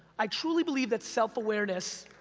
i truly believe that self-awareness